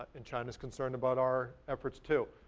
and china's concerned about our efforts, too.